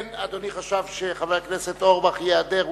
אדוני חשב שחבר הכנסת אורבך ייעדר.